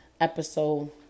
episode